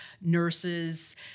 nurses